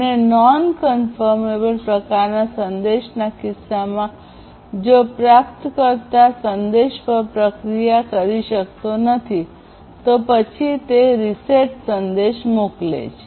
અને non confirmable બિન પુષ્ટિપાત્ર પ્રકારના સંદેશના કિસ્સામાં જો પ્રાપ્તકર્તા સંદેશ પર પ્રક્રિયા કરી શકતો નથી તો પછી તે પ્રાપ્તકર્તા રીસેટ સંદેશ મોકલે છે